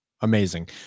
Amazing